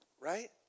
Right